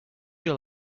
you